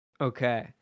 okay